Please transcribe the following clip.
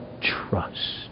trust